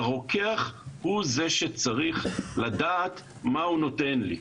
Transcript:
הרוקח הוא זה שצריך לדעת מה הוא נותן לי,